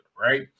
Right